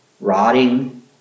rotting